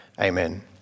amen